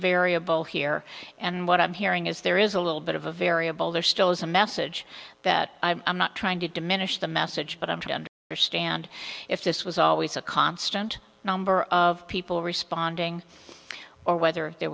variable here and what i'm hearing is there is a little bit of a variable there still is a message that i'm not trying to diminish the message but i'm to your stand if this was always a constant number of people responding or whether there